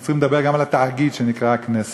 אנחנו צריכים לדבר גם על התאגיד שנקרא הכנסת.